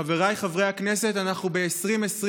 חבריי חברי הכנסת, אנחנו ב-2020.